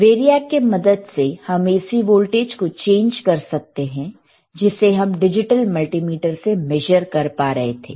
variac के मदद से हम AC वोल्टेज को चेंज कर सकते है जिसे हम डिजिटल मल्टीमीटर से मेजर कर पा रहे थे